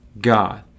God